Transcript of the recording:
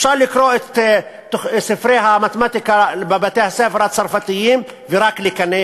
אפשר לקרוא את ספרי המתמטיקה בבתי-הספר הצרפתיים ורק לקנא,